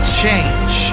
change